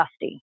dusty